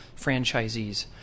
franchisees